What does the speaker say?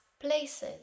places